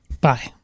Bye